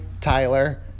Tyler